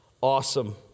awesome